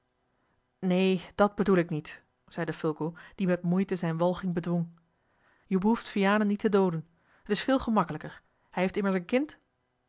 neen dat bedoel ik niet zeide fulco die met moeite zijne walging bedwong je behoeft vianen niet te dooden t is veel gemakkelijker hij heeft immers een kind